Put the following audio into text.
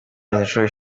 inshuro